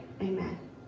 amen